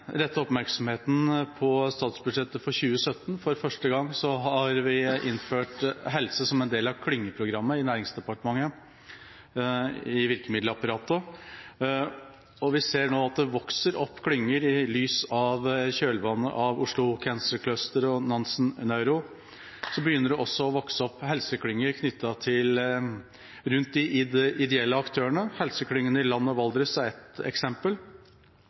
oppmerksomheten mot statsbudsjettet for 2017. For første gang har vi innført helse som en del av klyngeprogrammet i virkemiddelapparatet i Næringsdepartementet, og vi ser nå at det vokser opp klynger. I kjølvannet av Oslo Cancer Cluster og Nansen Neuro begynner det også å vokse opp helseklynger rundt de ideelle aktørene. Helseklyngen Valdres og Land er ett eksempel,